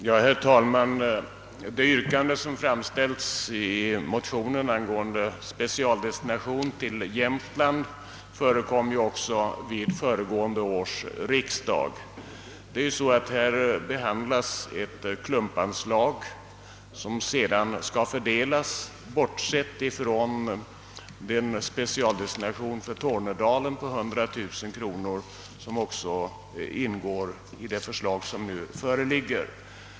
Herr talman! Det yrkande som framförs i den föreliggande motionen angående specialdestination till Jämtlands läns företagareförening förekom också vid föregående års riksdag. Vi behandlar här ett klumpanslag som sedan skall fördelas på de olika företagareföreningarna, bortsett då från den specialdestination för Tornedalens företagareförening på 200000 kronor, som ingår i det förslag som föreligger.